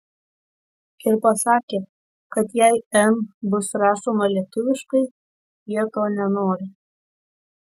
ir pasakė kad jei n bus rašoma lietuviškai jie to nenori